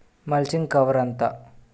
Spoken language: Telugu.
మల్చింగ్ కవర్ ఎంత?